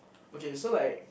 okay so like